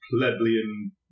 plebeian